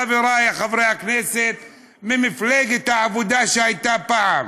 חבריי חברי הכנסת ממפלגת העבודה שהייתה פעם: